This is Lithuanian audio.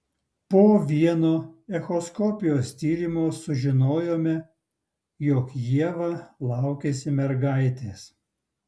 po vieno echoskopijos tyrimo sužinojome jog ieva laukiasi mergaitės